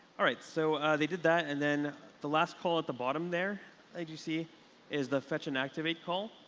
all right. so they did that. and then the last call at the bottom there and you see is the fetch and activate activate call.